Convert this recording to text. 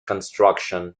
construction